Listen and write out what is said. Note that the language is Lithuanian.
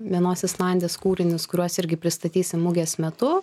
vienos islandės kūrinius kuriuos irgi pristatysim mugės metu